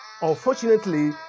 unfortunately